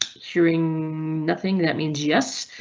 sharing nothing that means yes,